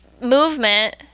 movement